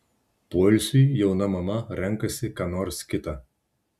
poilsiui jauna mama renkasi ką nors kita